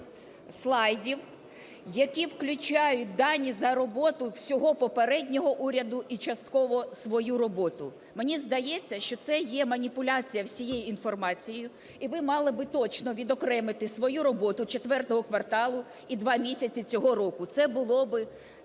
слайдів, які включають дані за роботу всього попереднього уряду і частково свою роботу. Мені здається, що це є маніпуляція всією інформацією, і ви мали би точно відокремити свою роботу четвертого кварталу і два місяці цього року. Це було би